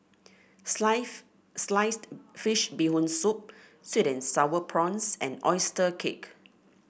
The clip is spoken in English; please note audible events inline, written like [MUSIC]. [UNINTELLIGIBLE] Sliced Fish Bee Hoon Soup sweet and sour prawns and oyster cake